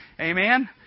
Amen